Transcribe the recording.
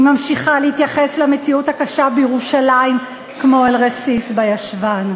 היא ממשיכה להתייחס למציאות הקשה בירושלים כמו אל רסיס בישבן.